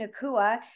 Nakua